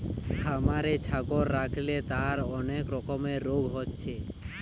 খামারে ছাগল রাখলে তার অনেক রকমের রোগ হচ্ছে